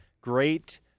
great